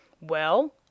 Well